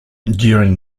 during